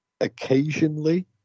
occasionally